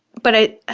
but i